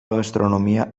gastronomia